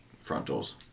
frontals